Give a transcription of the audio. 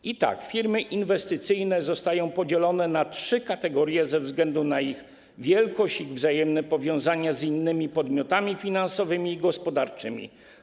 I tak, firmy inwestycyjne zostają podzielone na trzy kategorie ze względu na ich wielkość i wzajemne powiązania z innymi podmiotami finansowymi i gospodarczymi.